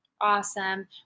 Awesome